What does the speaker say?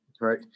right